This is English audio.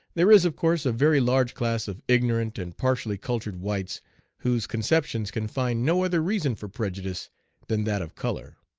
there is, of course, a very large class of ignorant and partially cultured whites whose conceptions can find no other reason for prejudice than that of color.